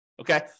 okay